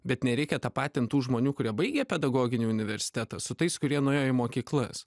bet nereikia tapatint tų žmonių kurie baigę pedagoginį universitetą su tais kurie nuėjo į mokyklas